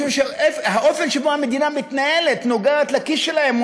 משום שהאופן שבו המדינה מתנהלת נוגע בכיס שלהם,